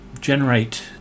generate